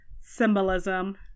symbolism